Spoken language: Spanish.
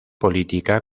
política